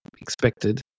expected